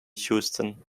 houston